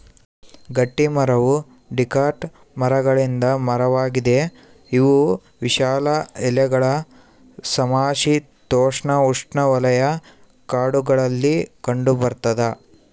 ಗಟ್ಟಿಮರವು ಡಿಕಾಟ್ ಮರಗಳಿಂದ ಮರವಾಗಿದೆ ಇವು ವಿಶಾಲ ಎಲೆಗಳ ಸಮಶೀತೋಷ್ಣಉಷ್ಣವಲಯ ಕಾಡುಗಳಲ್ಲಿ ಕಂಡುಬರ್ತದ